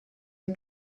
are